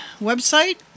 website